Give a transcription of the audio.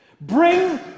Bring